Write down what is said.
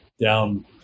down